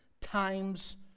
times